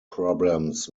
problems